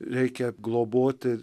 reikia globoti